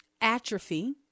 atrophy